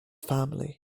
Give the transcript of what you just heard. family